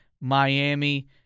Miami